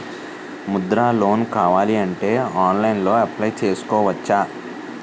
Mudra loan కావాలి అంటే ఆన్లైన్లో అప్లయ్ చేసుకోవచ్చా?